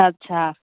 अच्छा